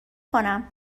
کنم